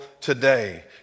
today